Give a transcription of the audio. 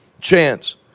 chance